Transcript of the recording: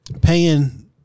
paying